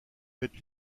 faites